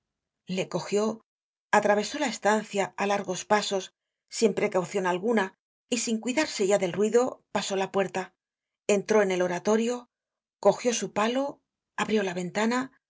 le cogió atravesó la estancia á largos pasos sin precaucion alguna y sin cuidarse ya del ruido pasó la puerta entró en el oratorio cogió su palo abrió la ventana la